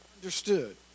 understood